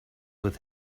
with